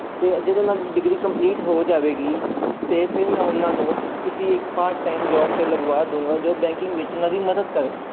ਅਤੇ ਜਦੋਂ ਉਹਨਾਂ ਦੀ ਡਿਗਰੀ ਕੰਪਲੀਟ ਹੋ ਜਾਵੇਗੀ ਅਤੇ ਫਿਰ ਮੈਂ ਉਹਨਾਂ ਨੂੰ ਕਿਸੇ ਇੱਕ ਪਾਰਟ ਟਾਈਮ ਜੋਬ 'ਤੇ ਲਗਵਾ ਦੂਗਾ ਜੋ ਬੈਂਕਿੰਗ ਵਿੱਚ ਉਹਨਾਂ ਦੀ ਮਦਦ ਕਰੇ